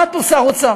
עמד פה שר האוצר